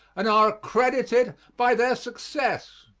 and are accredited by their success.